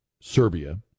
Serbia